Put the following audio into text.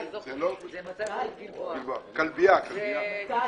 אני מוחה.